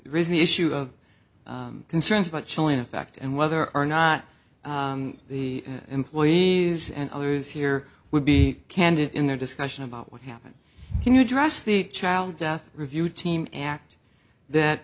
raise the issue of concerns about chilling effect and whether or not the employees and others here would be candid in their discussion about what happens when you dress the child death review team act that